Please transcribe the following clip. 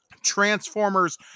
Transformers